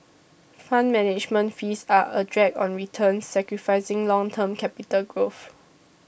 fund management fees are a drag on returns sacrificing long term capital growth